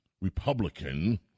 Republican